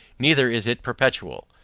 neither is it perpetual.